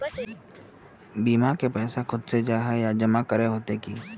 बीमा के पैसा खुद से जाहा के जमा करे होते की?